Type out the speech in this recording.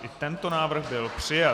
I tento návrh byl přijat.